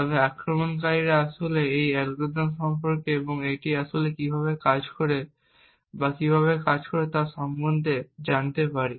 তবে আক্রমণকারীরা আসলে এই অ্যালগরিদম সম্পর্কে এবং এটি আসলে কীভাবে কাজ করে তা সম্পর্কে জানতে পারে